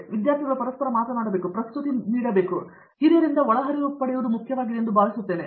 ಆದ್ದರಿಂದ ವಿದ್ಯಾರ್ಥಿಗಳು ಪರಸ್ಪರ ಮಾತನಾಡುತ್ತಾರೆ ಪರಸ್ಪರ ಪ್ರಸ್ತುತಿಗಳನ್ನು ನೀಡಿ ಹಿರಿಯರಿಂದ ಒಳಹರಿವು ಪಡೆಯುವುದು ಮುಖ್ಯವಾಗಿದೆ ಎಂದು ನಾನು ಭಾವಿಸುತ್ತೇನೆ